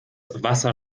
wasser